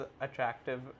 attractive